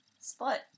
split